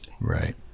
Right